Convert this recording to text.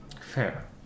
Fair